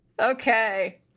Okay